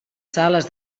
sales